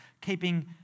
keeping